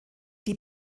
die